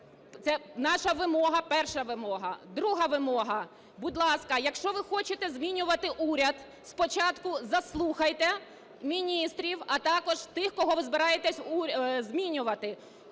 Це наша вимога, перша вимога. Друга вимога. Будь ласка, якщо ви хочете змінювати уряд, спочатку заслухайте міністрів, а також тих, кого ви збираєтесь змінювати.